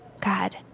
God